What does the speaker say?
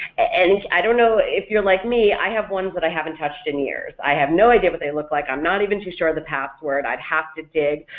and i don't know if you're like me, i have ones that i haven't touched in years. i have no idea what they look like, i'm not even too sure of the password, i'd have to dig,